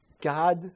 God